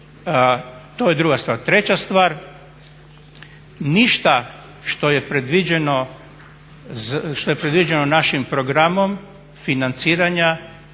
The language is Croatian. to je druga stvar. Treća stvar, ništa što je predviđeno našim programom financiranja